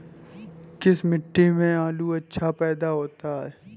किस मिट्टी में आलू अच्छा पैदा होता है?